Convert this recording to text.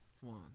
One